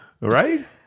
Right